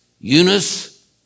Eunice